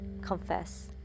confess